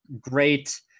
great